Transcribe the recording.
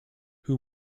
who